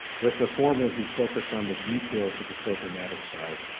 with the former who focus on the details of the programmatic side,